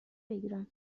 بگیرم